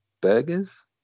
burgers